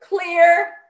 clear